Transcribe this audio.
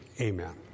Amen